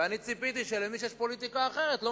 ואני ציפיתי שמי שיש לו פוליטיקה אחרת לא